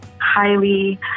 highly